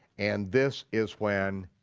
and this is when